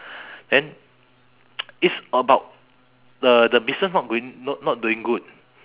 then it's about the the business not doing not not doing good